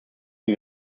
und